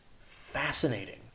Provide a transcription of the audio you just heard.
fascinating